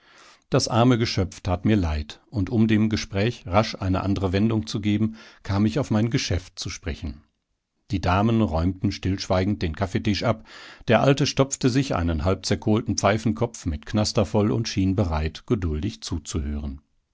das arme geschöpf tat mir leid und um dem gespräch rasch eine andre wendung zu geben kam ich auf mein geschäft zu sprechen die damen räumten stillschweigend den kaffeetisch ab der alte stopfte sich einen halb zerkohlten pfeifenkopf mit knaster voll und schien bereit geduldig zuzuhören